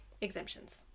exemptions